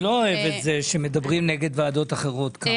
אוהב את זה שמדברים נגד ועדות אחרות כאן.